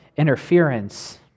interference